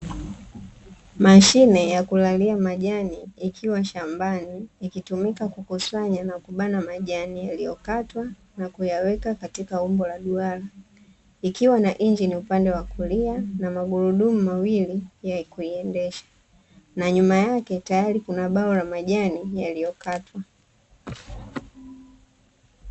Mashine ya kulalia majani ikiwa shambani ikitumika kukusanya na kubana majani yaliyokatwa na kuyaweka katika umbo la duara ikiwa na injini upande wa kulia na magurudumu mawili ya kuiendesha na nyuma yake tayari kuna bao la majani yaliyokatwa .